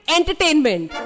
entertainment